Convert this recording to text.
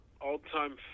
All-time